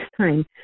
time